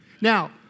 Now